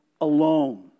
alone